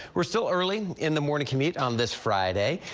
we're still early in the morning commute on this friday.